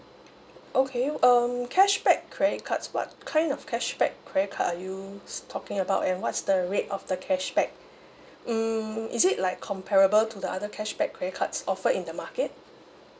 okay um cashback credit cards what kind of cashback credit card are you talking about and what's the rate of the cashback mm is it like comparable to the other cashback credit cards offered in the market